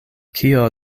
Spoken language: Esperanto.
kio